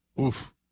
Oof